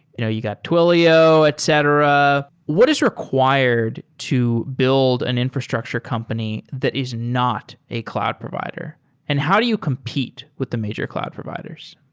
you know you got twilio, etc. what is required to build an infrastructure company that is not a cloud provider and how do you compete with the major cloud providers?